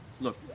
Look